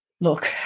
look